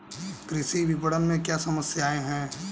कृषि विपणन में क्या समस्याएँ हैं?